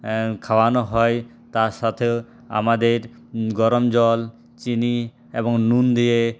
খাওয়ানো হয় তার সাথে আমাদের গরম জল চিনি এবং নুন দিয়ে